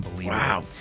Wow